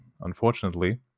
unfortunately